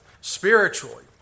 spiritually